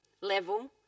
level